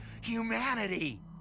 Humanity